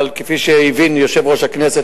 אבל כפי שהבין יושב-ראש הכנסת,